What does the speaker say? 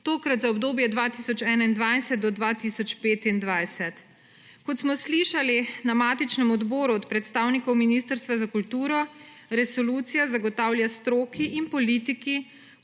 tokrat za obdobje 2021 do 2025. Kot smo slišali na matičnem odboru od predstavnikov ministrstva za kulturo, resolucija zagotavlja stroki in politiki